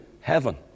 heaven